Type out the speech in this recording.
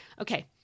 Okay